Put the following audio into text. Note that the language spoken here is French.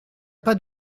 pas